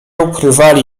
ukrywali